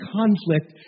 conflict